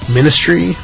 Ministry